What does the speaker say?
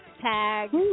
tag